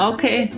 Okay